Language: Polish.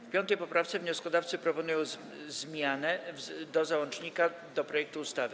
W 5. poprawce wnioskodawcy proponują zmianę do załącznika do projektu ustawy.